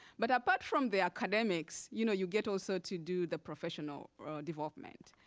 but apart from the academics, you know you get also to do the professional development.